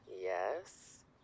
Yes